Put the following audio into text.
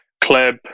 club